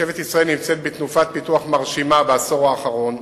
רכבת ישראל נמצאת בתנופת פיתוח מרשימה בעשור האחרון,